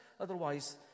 Otherwise